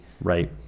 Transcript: Right